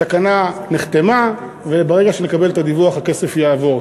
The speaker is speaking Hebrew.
התקנה נחתמה, וברגע שנקבל את הדיווח הכסף יעבור.